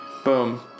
Boom